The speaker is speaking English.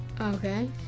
Okay